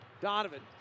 Donovan